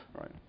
Right